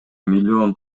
миллион